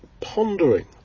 pondering